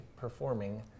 performing